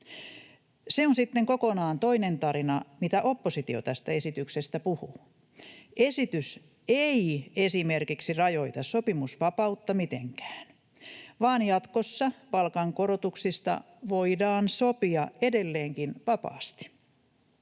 Se on sitten kokonaan toinen tarina, mitä oppositio tästä esityksestä puhuu. Esitys ei esimerkiksi rajoita sopimusvapautta mitenkään, vaan jatkossa palkankorotuksista voidaan sopia edelleenkin vapaasti.